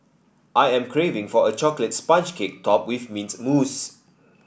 I am craving for a chocolate sponge cake topped with mint mousse